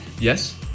Yes